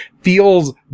feels